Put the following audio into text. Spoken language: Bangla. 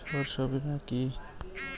শস্য বীমা কি?